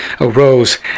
arose